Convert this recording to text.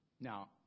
Now